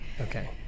okay